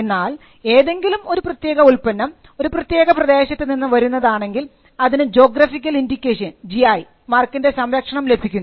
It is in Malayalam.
എന്നാൽ ഏതെങ്കിലും ഒരു പ്രത്യേക ഉൽപ്പന്നം ഒരു പ്രത്യേക പ്രദേശത്ത് നിന്ന് വരുന്നതാണെങ്കിൽ അതിന് ജോഗ്രഫിക്കൽ ഇൻഡിക്കേഷൻ ജി ഐ മാർക്കിൻറെ സംരക്ഷണം ലഭിക്കുന്നു